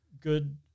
good